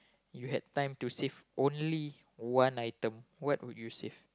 you had time to save only one item what would you save